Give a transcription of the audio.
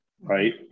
right